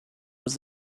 was